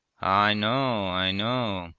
i know, i know.